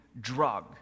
drug